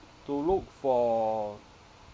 to look for